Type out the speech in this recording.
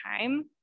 time